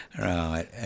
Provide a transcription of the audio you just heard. Right